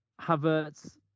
Havertz